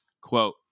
quote